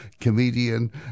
comedian